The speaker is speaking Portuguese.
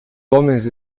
homens